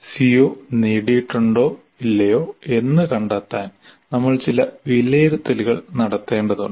CO നേടിയിട്ടുണ്ടോ ഇല്ലയോ എന്ന് കണ്ടെത്താൻ നമ്മൾ ചില വിലയിരുത്തലുകൾ നടത്തേണ്ടതുണ്ട്